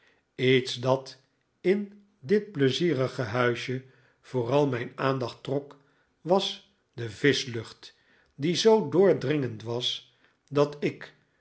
lets dat in dit pleizierige huisje vooral mijn aandacht trok was de vischlucht die zoo doordringend was dat ik